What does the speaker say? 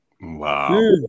Wow